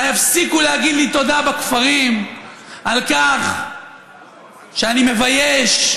במקום שיגידו לי תודה על כך שאני מגנה וחושף במערומיה,